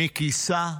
מי כיסה,